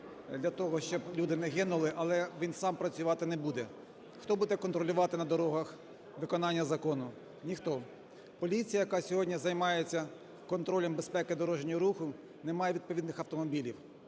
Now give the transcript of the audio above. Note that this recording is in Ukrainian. для того, щоб люди не гинули, але він сам працювати не буде. Хто буде контролювати на дорогах виконання закону? Ніхто. Поліція, яка сьогодні займається контролем безпеки дорожнього руху не має відповідних автомобілів.